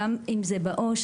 גם אם זה בעו"ש,